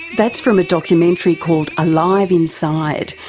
that's from a documentary called alive inside,